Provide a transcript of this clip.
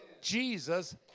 Jesus